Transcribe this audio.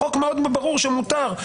החוק מאוד ברור שמותר.